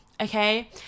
okay